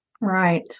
Right